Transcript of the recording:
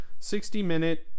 60-minute